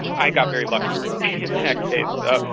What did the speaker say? i got very lucky in that case.